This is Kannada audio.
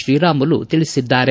ತ್ರೀರಾಮುಲು ತಿಳಿಸಿದ್ದಾರೆ